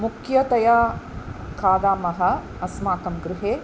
मुख्यतया खादामः अस्माकं गृहे